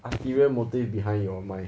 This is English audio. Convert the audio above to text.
ulterior motive behind your mind